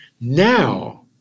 Now